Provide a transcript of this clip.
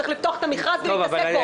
צריך לפתוח את המכרז ולהתעסק בו.